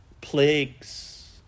plagues